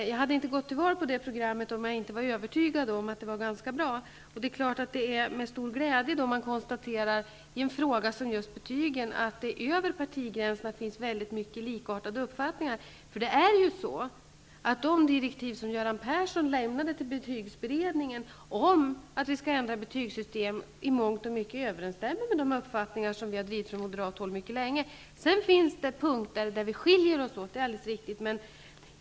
Det hade jag inte gjort, om jag inte hade varit övertygad om att det var ett bra partiprogram. Det är klart att man med stor glädje då konstaterar att det i en fråga som just den om betygen över patigränserna finns likartade uppfattningar. De direktiv som Göran Persson lämnade till betygsberedningen om en förändring av betygssystemet överensstämmer i mångt och mycket med de uppfattningar som vi moderater mycket länge har drivit. Det är alldeles riktigt att det finns punkter där vi skiljer oss åt.